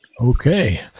Okay